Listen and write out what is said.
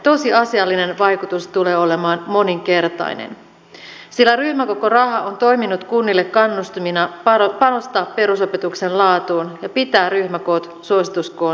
tosiasiallinen vaikutus tulee olemaan moninkertainen sillä ryhmäkokoraha on toiminut kunnille kannustimena panostaa perusopetuksen laatuun ja pitää ryhmäkoot suosituskoon mukaisina